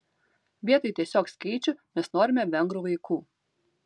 vietoj tiesiog skaičių mes norime vengrų vaikų